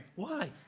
why?